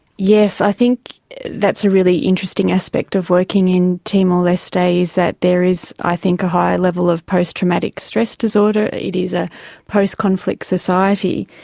yes, i think that's a really interesting aspect of working in timor-leste, is that there is i think a higher level of post-traumatic stress disorder. it is a post-conflict society.